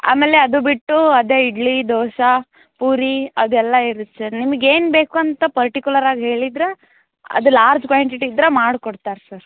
ಆಮೇಲೆ ಅದು ಬಿಟ್ಟು ಅದೇ ಇಡ್ಲಿ ದೋಸೆ ಪೂರಿ ಅದೆಲ್ಲ ಇರುತ್ತೆ ಸರ್ ನಿಮಿಗೆ ಏನು ಬೇಕು ಅಂತ ಪರ್ಟಿಕುಲರಾಗಿ ಹೇಳಿದ್ರೆ ಅದು ಲಾರ್ಜ್ ಕ್ವಾಂಟಿಟಿ ಇದ್ರೆ ಮಾಡ್ಕೊಡ್ತಾರೆ ಸರ್